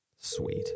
Sweet